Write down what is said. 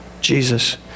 Jesus